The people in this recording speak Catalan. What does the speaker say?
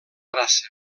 grassa